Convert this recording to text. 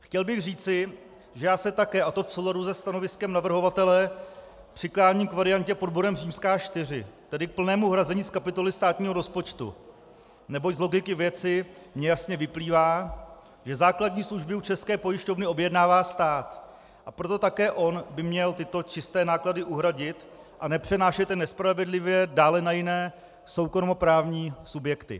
Chtěl bych říci, že já se také, a to v souladu se stanoviskem navrhovatele, přikláním k variantě pod bodem IV, tedy k plnému hrazení z kapitoly státního rozpočtu, neboť z logiky věci mi jasně vyplývá, že základní služby u České pošty objednává stát, a proto také on by měl tyto čisté náklady uhradit a nepřenášet je nespravedlivě dále na jiné soukromoprávní subjekty.